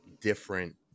different